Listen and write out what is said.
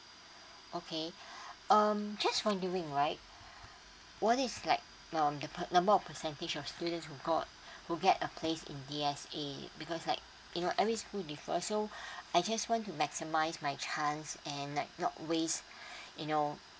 okay um just wondering right what is like um the per~ number of percentage of students who got who get a place in D_S_A because like you know every school differs so I just want to maximise my chance and like not waste you know